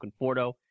Conforto